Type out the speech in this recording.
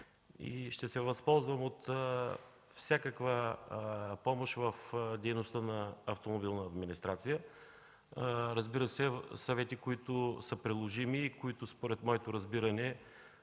ще се възползвам от всякаква помощ в дейността на „Автомобилната администрация”. Разбира се, съвети, които са приложими и които, според моето разбиране,